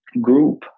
group